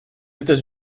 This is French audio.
états